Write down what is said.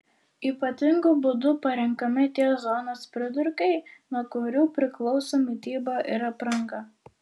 ypatingu būdu parenkami tie zonos pridurkai nuo kurių priklauso mityba ir apranga